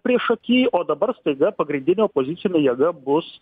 priešaky o dabar staiga pagrindinė opozicinė jėga bus